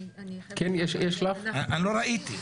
אני לא ראיתי.